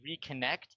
reconnect